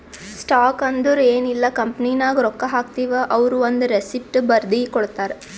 stock ಅಂದುರ್ ಎನ್ ಇಲ್ಲ ಕಂಪನಿನಾಗ್ ರೊಕ್ಕಾ ಹಾಕ್ತಿವ್ ಅವ್ರು ಒಂದ್ ರೆಸಿಪ್ಟ್ ಬರ್ದಿ ಕೊಡ್ತಾರ್